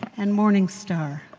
and morning star,